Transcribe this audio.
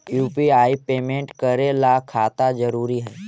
UPI payment करे ला खाता जरूरी है?